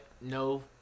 No